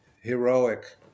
heroic